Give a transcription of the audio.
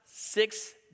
Six